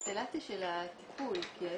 הקונסטלציה של הטיפול יש לזה גם משמעות.